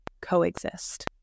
coexist